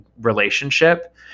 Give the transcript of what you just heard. relationship